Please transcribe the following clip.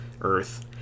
earth